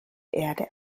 erde